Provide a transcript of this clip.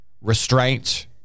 restraint